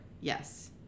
Yes